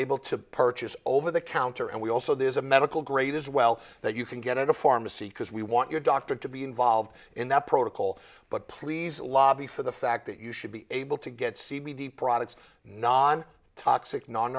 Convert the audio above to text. able to purchase over the counter and we also there's a medical grade as well that you can get at a pharmacy because we want your doctor to be involved in the protocol but please lobby for the fact that you should be able to get products toxic non